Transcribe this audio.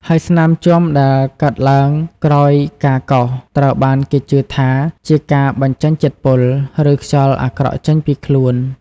ហើយស្នាមជាំដែលកើតឡើងក្រោយការកោស ត្រូវបានគេជឿថាជាការបញ្ចេញជាតិពុល ឬខ្យល់អាក្រក់ចេញពីខ្លួន។